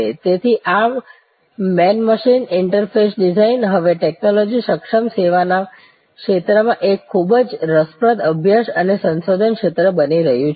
તેથી આ man machine interface design હવે ટેકનોલોજી સક્ષમ સેવાના ક્ષેત્રમાં એક ખૂબ જ રસપ્રદ અભ્યાસ અને સંશોધન ક્ષેત્ર બની રહ્યું છે